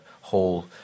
whole